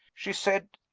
she said,